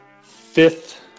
fifth